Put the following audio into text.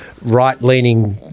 right-leaning